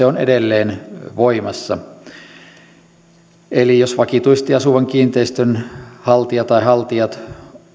on edelleen voimassa jos vakituisesti asuva kiinteistön haltija tai haltijat